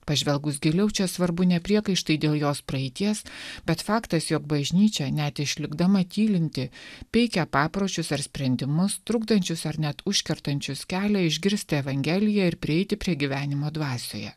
pažvelgus giliau čia svarbu ne priekaištai dėl jos praeities bet faktas jog bažnyčia net išlikdama tylinti peikia papročius ar sprendimus trukdančius ar net užkertančius kelią išgirsti evangeliją ir prieiti prie gyvenimo dvasioje